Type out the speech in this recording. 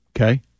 Okay